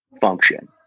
function